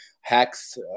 hacks